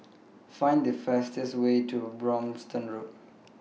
Find The fastest Way to Brompton Road